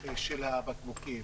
של הבקבוקים.